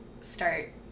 start